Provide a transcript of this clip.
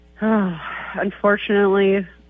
Unfortunately